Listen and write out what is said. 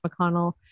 McConnell